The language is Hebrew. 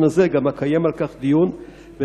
לא שמעתי חברי כנסת מישראל ביתנו, שזו